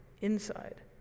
inside